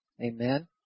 amen